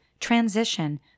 transition